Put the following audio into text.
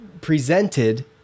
presented